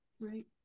right